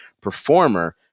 performer